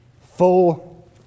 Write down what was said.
full